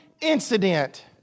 incident